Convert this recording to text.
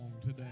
today